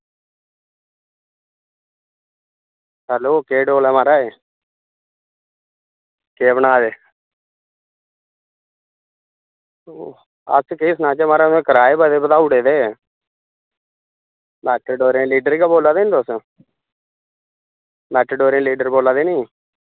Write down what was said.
hello केह् डोल ऐ म्हाराज केह् बना दे अस केह् सनाचै म्हाराज तुसें किराए बड़े बधाई ओड़े ते मेटाडोरें दे लीडर गै बोल्ला दे नी तुस मेटाडोरें दे लीडर बोल्ला दे नी